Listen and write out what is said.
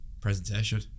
presentation